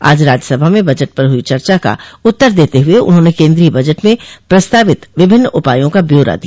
आज राज्यसभा में बजट पर हई चर्चा का उत्तर देते हुए उन्होंने केन्द्रीय बजट में प्रस्तावित विभिन्न उपायों का ब्यारा दिया